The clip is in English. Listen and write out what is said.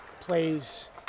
plays